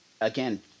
again